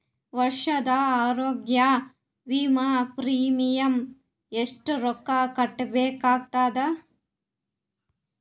ವರ್ಷದ ಆರೋಗ್ಯ ವಿಮಾ ಪ್ರೀಮಿಯಂ ಎಷ್ಟ ರೊಕ್ಕ ಕಟ್ಟಬೇಕಾಗತದ?